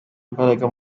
imbaraga